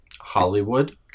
Hollywood